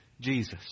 Jesus